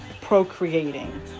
procreating